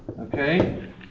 okay